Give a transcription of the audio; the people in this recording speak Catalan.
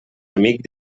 amic